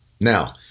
Now